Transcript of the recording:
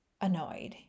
annoyed